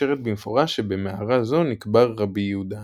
במפורש שבמערה זו נקבר רבי יהודה הנשיא.